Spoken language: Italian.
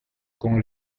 con